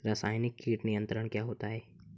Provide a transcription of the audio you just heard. रसायनिक कीट नियंत्रण क्या होता है?